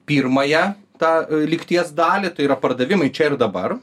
pirmąją tą lygties dalį tai yra pardavimai čia ir dabar